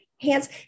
hands